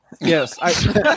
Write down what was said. Yes